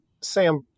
Sam